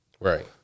Right